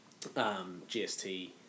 GST